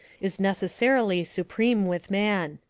is necessarily supreme with man.